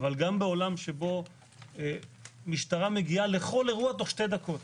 אבל גם בעולם שבו משטרה מגיעה לכל אירוע תוך שתי הדקות,